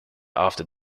after